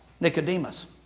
Nicodemus